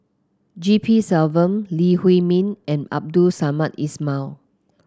G P Selvam Lee Huei Min and Abdul Samad Ismail